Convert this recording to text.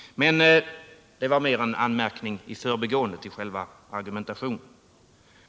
Detta var mera i förbigående en anmärkning till själva argumentationen.